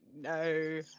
No